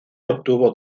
obtuvo